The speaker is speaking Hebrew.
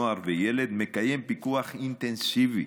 נוער וילד מקיים פיקוח אינטנסיבי,